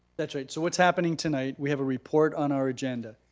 that's right, so what's happening tonight, we have a report on our agenda.